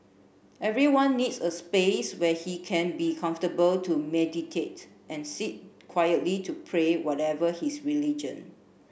everyone needs a space where he can be comfortable to meditate and sit quietly to pray whatever his religion